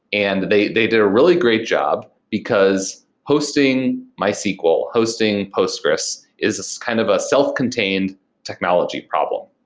and they they did a really great job because hosting mysql or hosting postgres is kind of a self-contained technology problem.